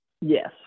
Yes